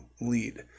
lead